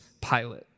Pilate